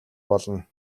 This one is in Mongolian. болно